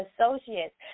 Associates